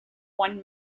one